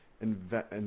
invest